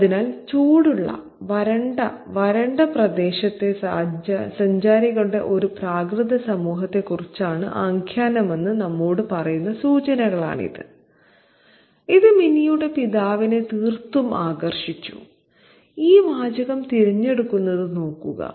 അതിനാൽ ചൂടുള്ള വരണ്ട വരണ്ട പ്രദേശത്തെ സഞ്ചാരികളുടെ ഒരു പ്രാകൃത സമൂഹത്തെക്കുറിച്ചാണ് ആഖ്യാനമെന്ന് നമ്മോട് പറയുന്ന സൂചനകളാണിത് ഇത് മിനിയുടെ പിതാവിനെ തീർത്തും ആകർഷിച്ചു ഈ വാചകം തിരഞ്ഞെടുക്കുന്നത് നോക്കുക